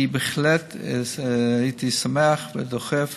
אני בהחלט הייתי שמח ודוחף